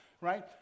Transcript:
right